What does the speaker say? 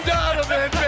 Donovan